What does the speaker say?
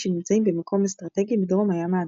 שנמצאים במקום אסטרטגי בדרום הים האדום.